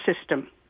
system